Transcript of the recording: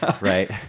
right